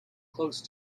close